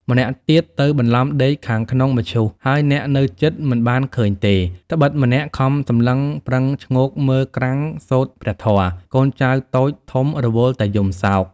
ម្នាក់ទៀតទៅបន្លំដេកខាងក្នុងមឈូសហើយអ្នកនៅជិតមិនបានឃើញទេ ដ្បិតម្នាក់"ខំសម្លឹងប្រឹងឈ្ងោកមើលក្រាំងសូត្រព្រះធម៍កូនចៅតូចធំរវល់តែយំសោក។